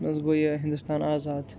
منٛز گوٚو یہِ ہِندُستان آزاد